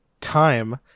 time